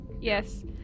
Yes